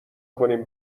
کنیم